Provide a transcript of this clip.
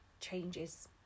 changes